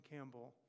Campbell